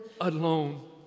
alone